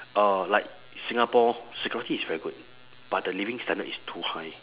uh like singapore security is very good but the living standard is too high